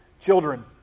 Children